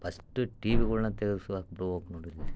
first ಟಿ ವಿಗಳ್ನ ತೆಗ್ಸಿ ಹಾಕ್ಬಿಡ್ಬೋಕ್ ನೋಡಿರಿ